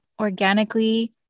organically